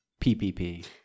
PPP